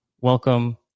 welcome